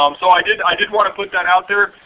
um so, i did i did want to put that out there.